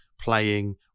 playing